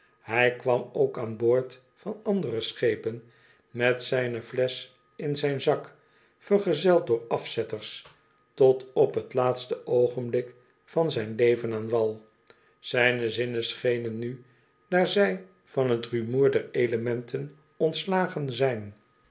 hij kwam ook aan boord van andere schepen met zijne flesch in zijn zak vergezeld door afzetters tot op t laatste oogenblik van zijn leven aan wal zijne zinnen schenen nu daar zij van t rumoer der elementen ontslagen zijn